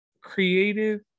creative